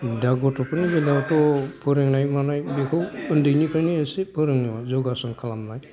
दा गथ'फोरनि बेलायावथ' फोरोंनाय मानाय बेखौ उन्दैनिफ्रायनो एसे फोरोङो यगासन खालामनाय